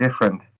different